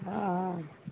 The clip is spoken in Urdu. ہاں ہاں